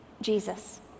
Jesus